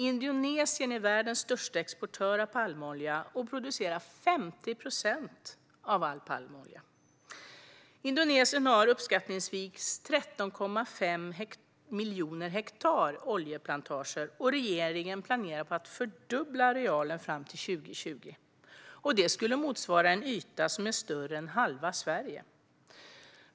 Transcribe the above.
Indonesien är världens största exportör av palmolja och producerar 50 procent av all palmolja. Indonesien har uppskattningsvis 13,5 miljoner hektar oljeplantager, och regeringen planerar att fördubbla arealen fram till år 2020. Det skulle motsvara en yta som är större än halva Sverige.